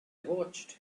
watched